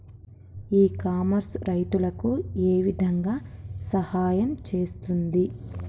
ఇ commerce రైతులకు ఏ విధంగా సహాయం చేస్తుంది?